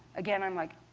again, i'm like,